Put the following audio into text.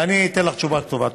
ואני אתן לך תשובה כתובה.